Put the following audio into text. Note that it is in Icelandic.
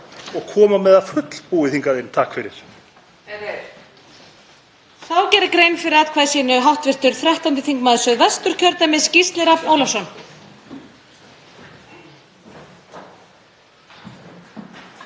og koma með það fullbúið hingað inn, takk fyrir.